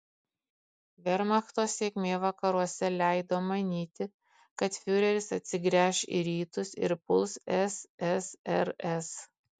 vermachto sėkmė vakaruose leido manyti kad fiureris atsigręš į rytus ir puls ssrs